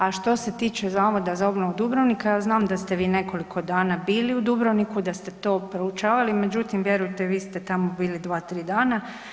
A što se tiče Zavoda za obnovu Dubrovnika, ja znam da ste vi nekoliko dana bili u Dubrovniku da ste to proučavali, međutim vjerujte vi ste tamo bili dva, tri dana.